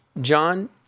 John